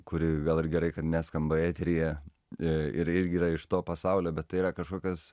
kuri gal ir gerai kad neskamba eteryje ir irgi yra iš to pasaulio bet tai yra kažkokios